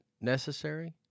necessary